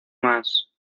más